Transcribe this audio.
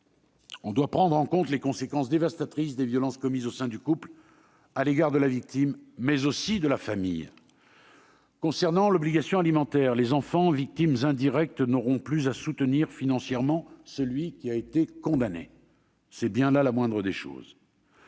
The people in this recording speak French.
on doit prendre en compte les conséquences dévastatrices des violences commises au sein du couple à l'égard de la victime, mais aussi de la famille. Concernant l'obligation alimentaire, les enfants, victimes indirectes, n'auront plus à soutenir financièrement celui qui a été condamné. C'est bien la moindre des choses.